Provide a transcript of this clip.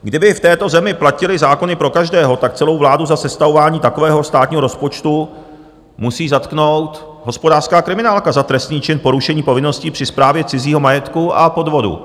Kdyby v této zemi platily zákony pro každého, tak celou vládu za sestavování takového státního rozpočtu musí zatknout hospodářská kriminálka za trestný čin porušení povinností při správě cizího majetku a podvodu.